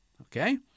okay